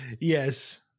Yes